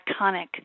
iconic